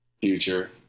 Future